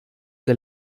der